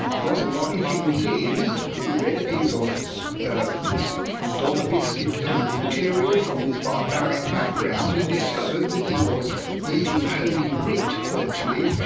was a modern human being who read a piece of of this dog biscuit kind of material from his barbaric background and discovered that he was reading holy writ, virtually,